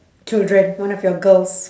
children one of your girls